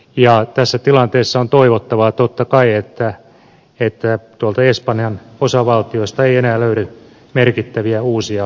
ja tässä tilanteessa on toivottavaa totta kai että tuolta espanjan osavaltioista ei enää löydy merkittäviä uusia velkapommeja